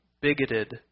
bigoted